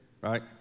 right